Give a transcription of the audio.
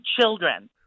children